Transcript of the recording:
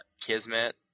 Kismet